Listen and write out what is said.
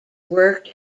worked